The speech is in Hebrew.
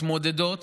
מתמודדות.